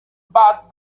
but